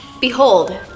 Behold